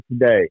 today